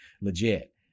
legit